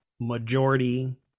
majority